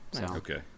Okay